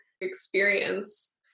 experience